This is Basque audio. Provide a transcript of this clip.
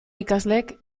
ikasleek